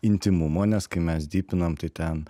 intymumo nes kai mes dypinam tai ten